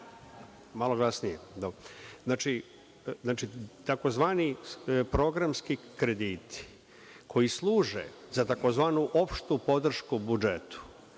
biću glasniji. Znači, tzv. programski krediti koji služe za tzv. opštu podršku budžetu